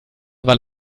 weil